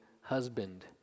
husband